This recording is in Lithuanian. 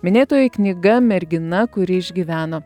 minėtoji knyga mergina kuri išgyveno